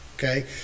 Okay